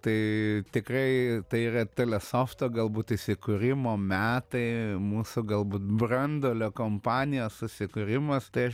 tai tikrai tai yra talesofto galbūt įsikūrimo metai mūsų galbūt branduolio kompanijos susikūrimas tai aš